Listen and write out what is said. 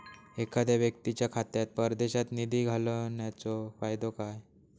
एखादो व्यक्तीच्या खात्यात परदेशात निधी घालन्याचो फायदो काय?